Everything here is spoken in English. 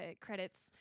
credits